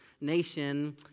nation